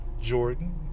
Jordan